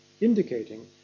indicating